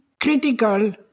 critical